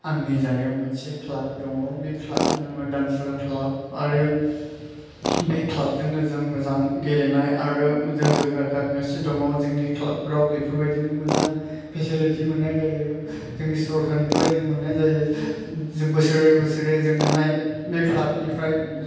आंनि जायगायाव मोनसे खलाब दङ बे ख्लाबानो दानसोरां ख्लाब आरो बे ख्लाबजोंनो जों मोजां गेलेनाय आरो मोजां जौगा गासिनो दङ जोंनि ख्लाबफ्राव बेफोरबादिनो मोजां फेसिलिथि मोननाय जायो जोंनि सरखारनिफ्राय जों मोननाय जायो बोसोरे बोसोरे जोंनोहाय बे ख्लाबनिफ्राय